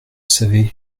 savez